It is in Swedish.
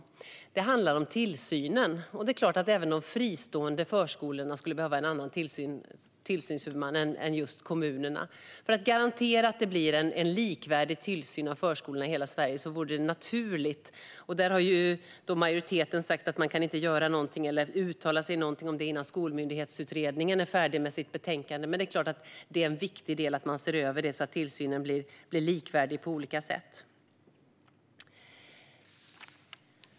Det handlar om tillsynen. Det är klart att även de fristående förskolorna skulle behöva en annan tillsynshuvudman än kommunerna. För att garantera att det blir en likvärdig tillsyn av förskolorna i hela Sverige vore det naturligt. Där har majoriteten sagt att man inte kan göra någonting eller uttala sig om någonting innan Skolmyndighetsutredningen är färdig med sitt betänkande. Men det är klart att det är viktigt att man ser över det så att tillsynen blir likvärdig på olika sätt.